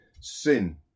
sin